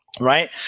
right